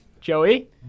Joey